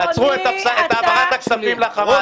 אולי גם תעצרו את ההעברה של הכספים לחמאס,